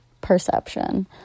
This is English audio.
perception